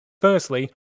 Firstly